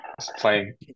playing